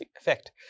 effect